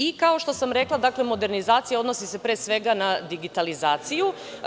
I, kao što sam rekla, dakle modernizacija, odnosi se pre svega, na digitalizaciju.